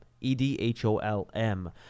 E-D-H-O-L-M